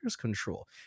control